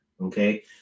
okay